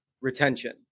retention